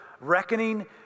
Reckoning